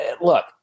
look